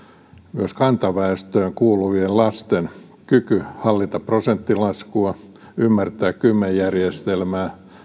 myös kantaväestöön kuuluvien lasten kyky hallita prosenttilaskua ymmärtää kymmenjärjestelmää